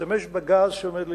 להשתמש בגז שעומד לרשותנו,